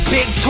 Big